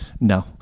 No